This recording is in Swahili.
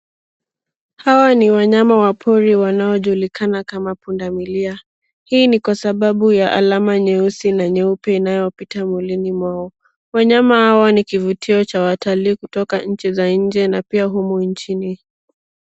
Hawa ni wanyama wa pori wanaojulikana kama pundamilia hii ni kwa sababu ya alama nyeusi na nyeupe inayopita mwilini mwao wanyama hawa ni kivutio cha watu wengi kutoka nchi za nje na kutoka pia humu nchini.